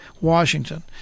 Washington